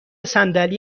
صندلی